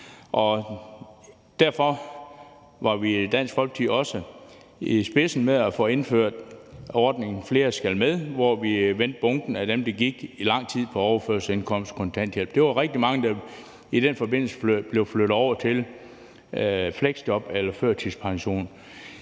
derfor var vi i Dansk Folkeparti også i spidsen for at få indført ordningen »Flere skal med«, hvor vi vendte bunken af dem, der havde gået lang tid på overførselsindkomst, kontanthjælp. Det var rigtig mange, der i den forbindelse blev flyttet over til fleksjob eller førtidspension.